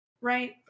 right